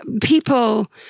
people